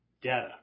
data